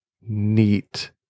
neat